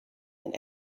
and